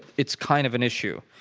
it's kind of an issue,